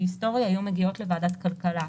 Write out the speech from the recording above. היסטורי היו מגיעות לוועדת הכלכלה.